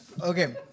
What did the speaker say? Okay